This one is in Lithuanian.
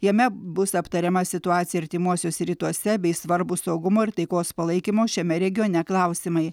jame bus aptariama situacija artimuosiuose rytuose bei svarbūs saugumo ir taikos palaikymo šiame regione klausimai